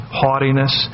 haughtiness